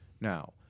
Now